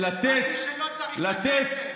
על מי שלא צריך את הכסף.